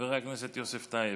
חבר הכנסת יוסף טייב,